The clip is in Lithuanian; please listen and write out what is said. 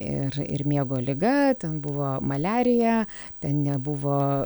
ir ir miego liga ten buvo maliarija ten nebuvo